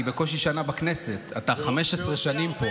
אני בקושי שנה בכנסת, אתה 15 שנים פה.